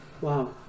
Wow